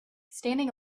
standing